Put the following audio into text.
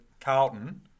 Carlton